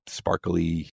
sparkly